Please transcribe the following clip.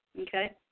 Okay